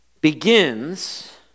begins